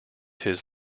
his